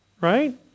Right